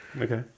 Okay